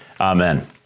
Amen